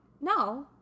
no